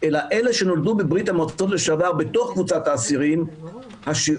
אלא אלה שנולדו בברית המועצות לשעבר בתוך קבוצת האסירים השיעור